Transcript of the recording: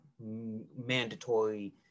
mandatory